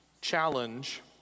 challenge